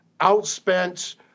outspent